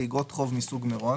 ואיגרות חוב "איגרת חוב מסוג מירון"